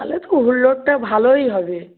তাহলে তো হুল্লোড়টা ভালোই হবে